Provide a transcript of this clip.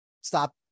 stop